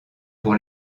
pour